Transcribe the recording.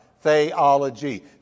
theology